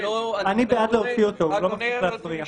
אני בעד להוציא אותו, הוא לא מפסיק להפריע.